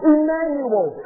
Emmanuel